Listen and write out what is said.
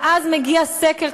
ואז מגיע סקר,